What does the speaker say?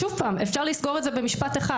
שוב פעם, אפשר לסגור את זה במשפט אחד